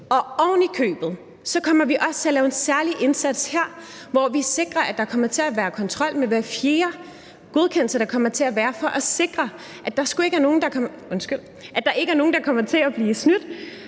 Ovenikøbet kommer vi også til at lave en særlig indsats her, hvor vi sikrer, at der kommer til at være kontrol med hver fjerde godkendelse, så der sgu ikke – undskyld – er nogen, der kommer til at blive snydt,